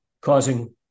causing